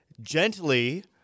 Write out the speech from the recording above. gently